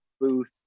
booth